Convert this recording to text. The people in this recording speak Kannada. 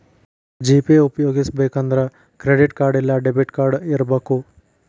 ಜಿ.ಪೇ ಉಪ್ಯೊಗಸ್ಬೆಕಂದ್ರ ಕ್ರೆಡಿಟ್ ಕಾರ್ಡ್ ಇಲ್ಲಾ ಡೆಬಿಟ್ ಕಾರ್ಡ್ ಇರಬಕು